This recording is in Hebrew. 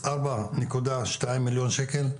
פלוס ארבע נקודה שניים מיליון שקל,